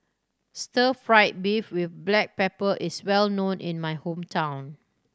stir fried beef with black pepper is well known in my hometown